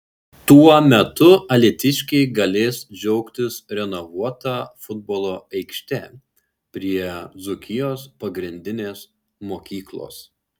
tuo metu alytiškiai galės džiaugtis renovuota futbolo aikšte prie dzūkijos pagrindinės mokyklos